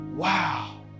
Wow